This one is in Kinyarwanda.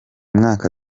mwaka